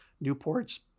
Newport's